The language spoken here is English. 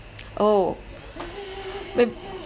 oh we